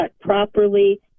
properly